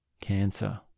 Cancer